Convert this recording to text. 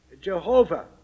Jehovah